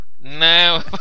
no